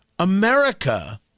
America